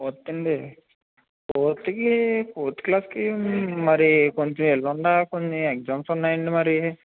fourth అండి ఫోర్త్కి fourth క్లాస్కి మరి కొంచెం ఎల్లుండా కొన్ని ఎగ్జామ్స్ ఉన్నాయండి మరి